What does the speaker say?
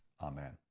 Amen